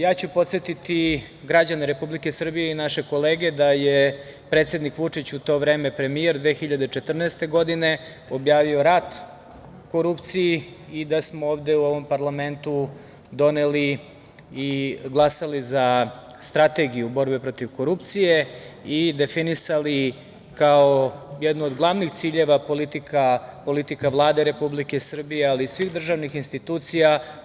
Ja ću podsetiti građane Republike Srbije i naše kolege da je predsednik Vučić, u to vreme premijer 2014. godine, objavio rat korupciji i da smo ovde u ovom parlamentu doneli i glasali za Strategiju borbe protiv korupcije i definisali kao jednu od glavnih ciljeva politika Vlade Republike Srbije, ali i svih državnih institucija.